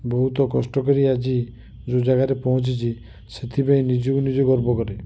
ବହୁତ କଷ୍ଟ କରି ଆଜି ଯେଉଁ ଜାଗା ରେ ପହଞ୍ଚିଛି ସେଥିପାଇଁ ନିଜକୁ ନିଜେ ଗର୍ବ କରେ